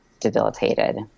debilitated